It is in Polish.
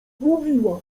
mówiła